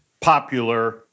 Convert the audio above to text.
popular